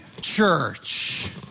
Church